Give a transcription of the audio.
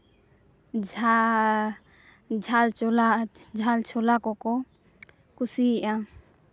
ᱡᱷᱟᱞ ᱡᱷᱟᱞ ᱪᱷᱚᱞᱟ ᱡᱷᱟᱞ ᱪᱷᱚᱞᱟ ᱠᱚ ᱠᱚ ᱠᱩᱥᱤᱭᱟᱜᱼᱟ